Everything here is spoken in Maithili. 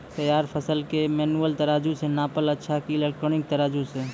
तैयार फसल के मेनुअल तराजु से नापना अच्छा कि इलेक्ट्रॉनिक तराजु से?